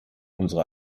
unsere